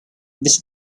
this